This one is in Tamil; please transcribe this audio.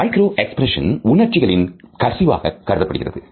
மைக்ரோ எக்ஸ்பிரஷன்கள் உணர்ச்சிகளின் கசிவா கருதப்படுகிறது